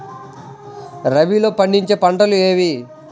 రబీలో పండించే పంటలు ఏవి?